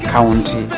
County